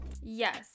Yes